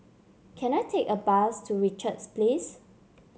can I take a bus to Richards Place